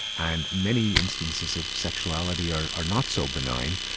and many instances of sexuality are are not so benign.